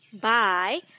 Bye